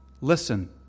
listen